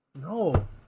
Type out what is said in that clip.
No